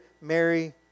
Mary